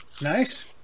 Nice